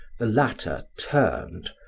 the latter turned,